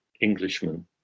Englishman